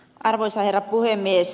arvoisa herra puhemies